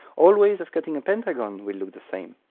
all ways of cutting a pentagon will look the same,